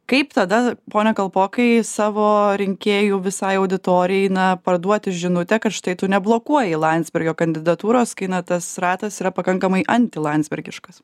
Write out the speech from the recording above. kaip tada pone kalpokai savo rinkėjų visai auditorijai na parduoti žinutę kad štai tu neblokuoji landsbergio kandidatūros kai na tas ratas yra pakankamai antilandsbergiškas